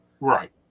Right